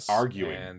arguing